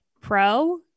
pro